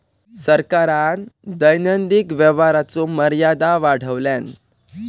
सरकारान दैनंदिन व्यवहाराचो मर्यादा वाढवल्यान